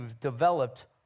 developed